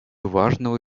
важного